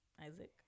Isaac